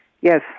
yes